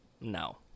No